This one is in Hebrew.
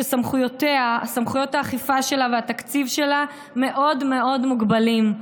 שסמכויות האכיפה שלה והתקציב שלה מאוד מוגבלים.